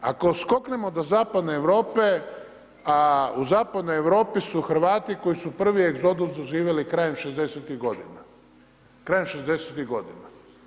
Ako skoknemo do zapadne Europe, a u zapadnoj Europi su Hrvati koji su prvi egzodus doživjeli krajem 60-ih godina, krajem 60-ih godina.